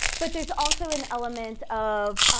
but there's also an element of,